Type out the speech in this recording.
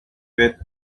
with